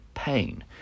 pain